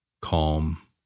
calm